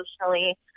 emotionally